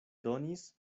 donis